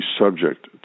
subject